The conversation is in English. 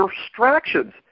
distractions